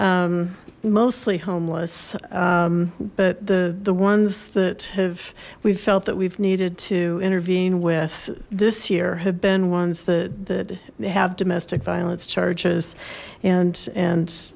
mostly homeless but the the ones that have we felt that we've needed to intervene with this year had been one that they have domestic violence charges and and